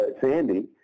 Sandy